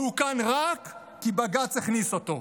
והוא כאן רק כי בג"ץ הכניס אותו.